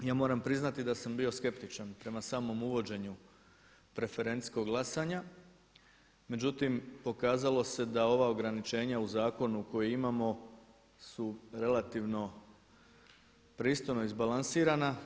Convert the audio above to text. Ja moramo priznati da sam bio skeptičan prema samom uvođenju preferencijskog glasanja, međutim pokazalo se da ova ograničenja u zakonu koji imamo su relativno pristojno izbalansirana.